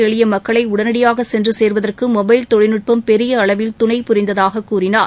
எளிய மக்களை உடனடியாக சென்று சேருவதற்கு மொபைல் தொழில்நுட்பம் பெரிய அளவில் துணை புரிந்ததாக கூறினார்